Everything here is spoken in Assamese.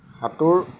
সাঁতোৰ